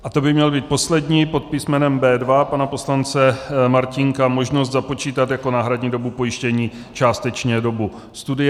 A to by měl být poslední pod písmenem B2 pana poslance Martínka možnost započítat jako náhradní dobu pojištění částečně dobu studia.